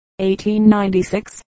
1896